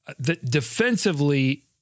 defensively